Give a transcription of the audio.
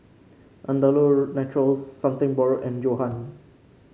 Andalou Naturals Something Borrowed and Johan